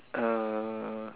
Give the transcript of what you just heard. uh